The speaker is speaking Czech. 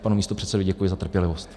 Panu místopředsedovi děkuji za trpělivost.